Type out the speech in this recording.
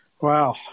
Wow